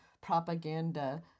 propaganda